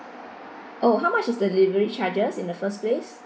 oh how much is the delivery charges in the first place